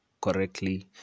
correctly